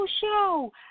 Show